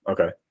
Okay